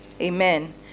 Amen